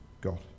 god